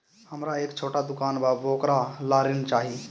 हमरा एक छोटा दुकान बा वोकरा ला ऋण चाही?